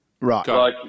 Right